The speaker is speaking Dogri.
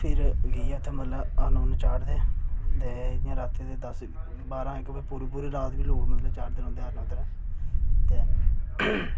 ते फिर अग्गें जाइयै मतलव हरण हूरण चाढ़दे ते रातीं दे दस्स बारां बज्जे तगर इ'यां ते पूरी पूरी रात बी चाढ़दे उद्धर ते